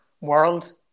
world